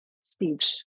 speech